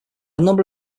number